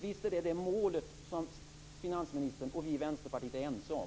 Visst är det ett mål som finansministern och vi i Vänsterpartiet är ense om?